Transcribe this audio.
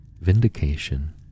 vindication